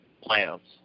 plants